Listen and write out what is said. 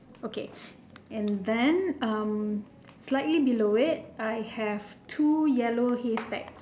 okay and then slightly below it I have two yellow haystacks